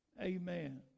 Amen